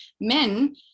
Men